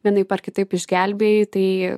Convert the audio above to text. vienaip ar kitaip išgelbėjai tai